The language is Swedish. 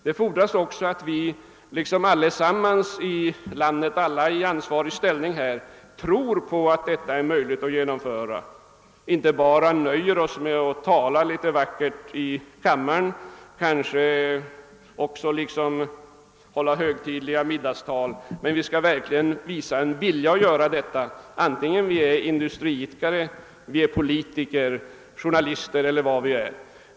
Det fordras också att vi alla i ansvarig ställning i landet tror att denna giv är möjlig att genomföra och inte nöjer oss med att bara tala vackert i kammaren eller hålla högtidliga middagstal. Vi måste verkligen visa en vilja att åstadkomma resultat antingen vi är industriidkare, politiker, journalister eller någonting annat.